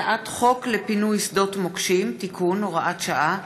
הצעת חוק לפינוי שדות מוקשים (תיקון, הוראת שעה),